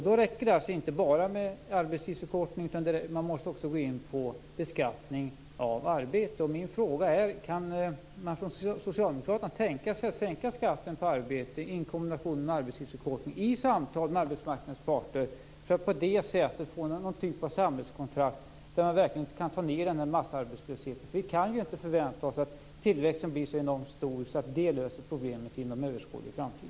Då räcker det inte med bara arbetstidsförkortningen, man måste också gå in på beskattning av arbete. Min fråga är: Kan socialdemokraterna tänka sig att i samtal med arbetsmarknadens parter sänka skatten på arbete i kombination med arbetstidsförkortning för att på det sättet få någon typ av samhällskontrakt där man verkligen kan ta ned massarbetslösheten? Vi kan inte förvänta oss att tillväxten blir så enormt stor att den löser problemet inom överskådlig framtid.